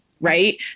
right